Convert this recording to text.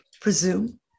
presume